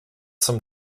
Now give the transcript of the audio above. some